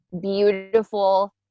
beautiful